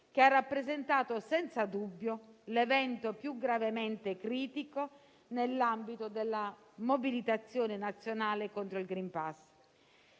che ha rappresentato senza dubbio l'evento più gravemente critico nell'ambito della mobilitazione nazionale contro il *green pass.*